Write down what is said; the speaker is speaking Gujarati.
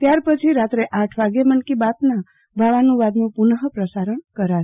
ત્યારપછી રાત્રે આઠ વાગે મન કી બાતના ભાવાનું વાદનું પુનઃપ્રસારણ કરાશે